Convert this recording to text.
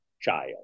child